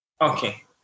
Okay